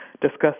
discuss